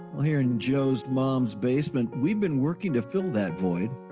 well, here in joe's mom's basement, we've been working to fill that void.